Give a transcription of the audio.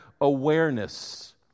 awareness